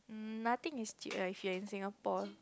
nothing is cheap ah if you in Singapore